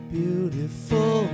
beautiful